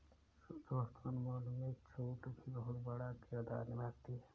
शुद्ध वर्तमान मूल्य में छूट भी बहुत बड़ा किरदार निभाती है